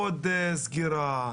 עוד סגירה.